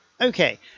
Okay